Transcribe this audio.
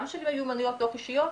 גם של מיומנויות בין אישיות.